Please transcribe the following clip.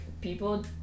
people